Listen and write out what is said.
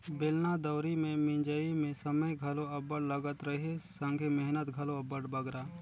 बेलना दउंरी मे मिंजई मे समे घलो अब्बड़ लगत रहिस संघे मेहनत घलो अब्बड़ बगरा